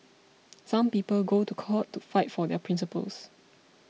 some people go to court to fight for their principles